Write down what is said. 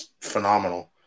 phenomenal